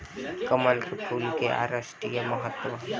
कमल के फूल के संस्कृतिक, धार्मिक आ राष्ट्रीय महत्व ह